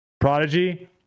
Prodigy